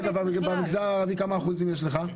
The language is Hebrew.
אגב, במגזר הערבי כמה אחוזים יש לך?